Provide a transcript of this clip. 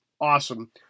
Awesome